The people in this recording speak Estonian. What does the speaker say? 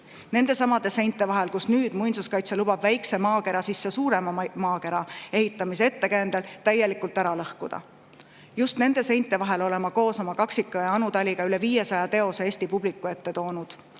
nendesamade seinte vahel, mille nüüd muinsuskaitse lubab väikse maakera sisse suurema maakera ehitamise ettekäändel täielikult ära lõhkuda. Just nende seinte vahel olen ma koos oma kaksikõe Anu Taliga üle 500 teose Eesti publiku ette toonud